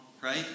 right